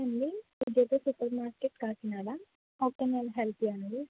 నమస్తే అండి Vijetha supermarket Kakinada how can I help you అండి